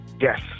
Yes